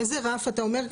איזה רף אתה אומר?